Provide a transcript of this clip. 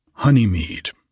honeymead